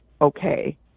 okay